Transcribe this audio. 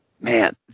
man